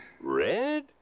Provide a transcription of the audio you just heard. Red